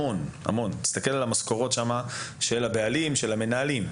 תסתכל על המשכורות של הבעלים ושל המנהלים,